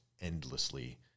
endlessly